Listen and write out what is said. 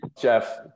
Jeff